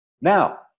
Now